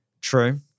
True